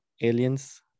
Aliens